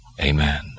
amen